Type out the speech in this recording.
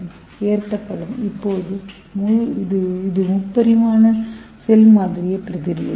எனவே நான் இந்த காந்தப்புலத்தைப் பயன்படுத்தும்போது அனைத்து கலங்களும் உயர்த்தப்படும் இது முப்பரிமாண செல் மாதிரியைப் பிரதிபலிக்கும்